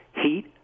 Heat